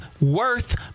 worth